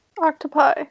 Octopi